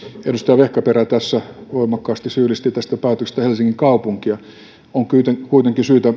edustaja vehkaperä tässä voimakkaasti syyllisti tästä päätöksestä helsingin kaupunkia on kuitenkin syytä